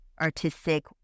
artistic